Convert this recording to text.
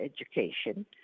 education